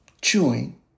chewing